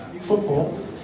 football